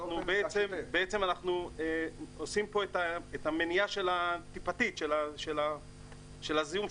אנחנו עושים פה את המניעה הטיפתית של הזיהום,